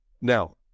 now